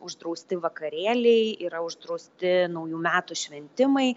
uždrausti vakarėliai yra uždrausti naujų metų šventimai